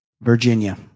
Virginia